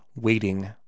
waiting